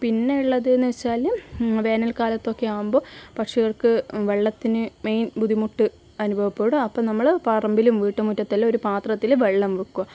പിന്നെയുള്ളതെന്ന് വച്ചാൽ വേനൽ കാലത്തൊക്കെ ആവുമ്പോൾ പക്ഷികൾക്ക് വെള്ളത്തിന് മെയിൻ ബുദ്ധിമുട്ട് അനുഭവപ്പെടും അപ്പോൾ നമ്മൾ പറമ്പിലും വീട്ടു മുറ്റത്തുമെല്ലാം ഒരു പാത്രത്തിൽ വെള്ളം വയ്ക്കുക